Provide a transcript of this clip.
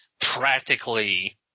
practically